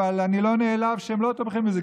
אבל אני לא נעלב שהם לא תומכים בזה,